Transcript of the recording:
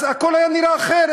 אז הכול היה נראה אחרת,